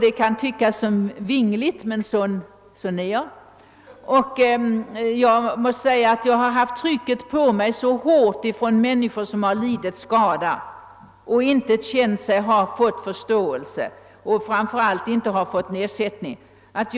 Det kan tyckas vara ett vingligt uppträdande, men jag är sådan. Jag har känt ett hårt tryck från människor, som lidit skada i dessa sammanhang och som ansett sig inte ha fått förståelse för detta och framför allt inte har fått ersättning härför.